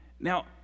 Now